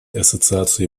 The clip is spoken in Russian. ассоциации